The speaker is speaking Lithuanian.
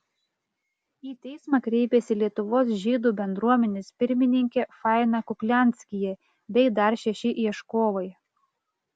į teismą kreipėsi lietuvos žydų bendruomenės pirmininkė faina kuklianskyje bei dar šeši ieškovai